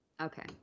Okay